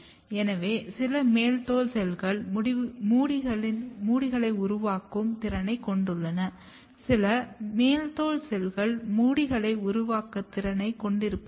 எனவே சில மேல்தோல் செல்கள் முடிகளை உருவாக்கும் திறனைக் கொண்டுள்ளன சில மேல்தோல் செல்கள் முடிகளை உருவாக்கும் திறனைக் கொண்டிருப்பதில்லை